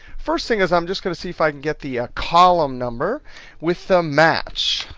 first thing is, i'm just going to see if i can get the ah column number with the match,